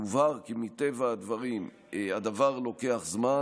יובהר כי מטבע הדברים הדבר לוקח זמן,